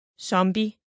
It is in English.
Zombie